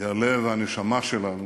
היא הלב והנשמה שלנו,